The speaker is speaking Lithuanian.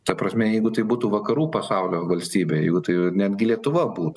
ta prasme jeigu tai būtų vakarų pasaulio valstybė jeigu tai netgi lietuva būtų